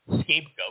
scapegoat